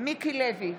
מיקי לוי,